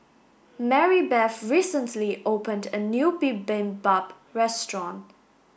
Marybeth recently opened a new Bibimbap restaurant